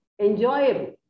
enjoyable